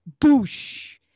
boosh